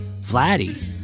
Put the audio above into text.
Vladdy